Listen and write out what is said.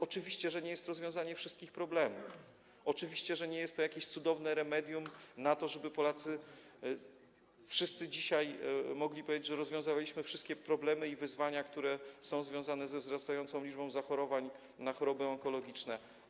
Oczywiście, że nie jest to rozwiązanie wszystkich problemów, oczywiście, że nie jest to jakieś cudowne remedium na to, żeby wszyscy Polacy dzisiaj mogli powiedzieć, że rozwiązaliśmy wszystkie problemy i wyzwania, które są związane ze wzrastającą liczbą zachorowań na choroby onkologiczne.